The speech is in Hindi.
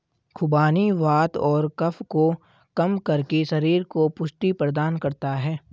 खुबानी वात और कफ को कम करके शरीर को पुष्टि प्रदान करता है